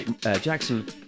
Jackson